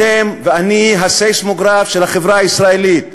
אתם ואני הסיסמוגרף של החברה הישראלית.